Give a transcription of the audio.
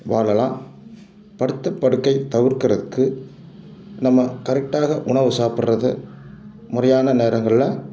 வாழலாம் படுத்த படுக்கை தவிர்க்கிறதுக்கு நம்ம கரெக்டாக உணவு சாப்பிடுறது முறையான நேரங்கள்ல